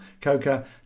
coca